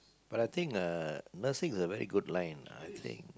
but I think uh nursing is a very good line I think